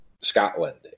Scotland